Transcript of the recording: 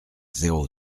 zéro